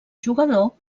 jugador